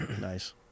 nice